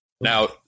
Now